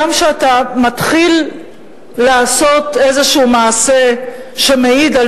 גם כשאתה מתחיל לעשות איזה מעשה שמעיד על